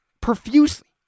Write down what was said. profusely